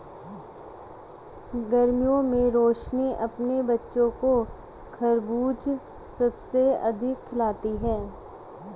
गर्मियों में रोशनी अपने बच्चों को खरबूज सबसे अधिक खिलाती हैं